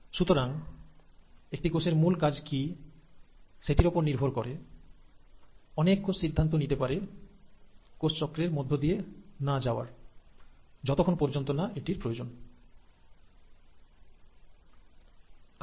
এক ধরনের কোষের প্রধান উদ্দেশ্য কি তার ওপর নির্ভর করে অনেক কোষ ঠিক করতে পারে সেল সাইকেল এর মধ্যে দিয়ে না যাওয়ার যতক্ষণ না এটির জন্য বাধ্য হয় যেখানে কিছু কোষ নিয়মিত বিভাজিত হতে হয় এবং ডটার সেল দেয়